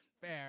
Fair